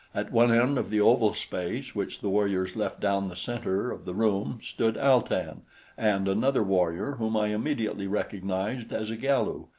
at one end of the oval space which the warriors left down the center of the room stood al-tan and another warrior whom i immediately recognized as a galu,